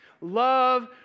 Love